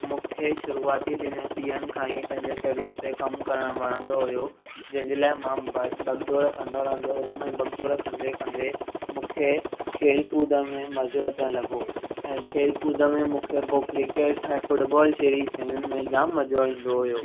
मूंखे शुरूआती ॾींहं ॾींहंनि खां ई पंहिंजे शरीर ते कमु करणु वणंदो हुयो जंहिंजे लाइ मां भग भगु ॾोड़ कंदो रहंदो हुउमि ऐं भगु ॾोड़ कंदे कंदे मूंखे खेल कूद में मज़ो अचणु लॻो ऐं खेल कूद में मूंखे पोइ क्रिकेट ऐं फुटबॉल जहिड़ी शयुनि में जाम मज़ो ईंदो हुयो